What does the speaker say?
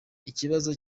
ikibazo